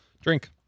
drink